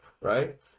right